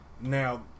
Now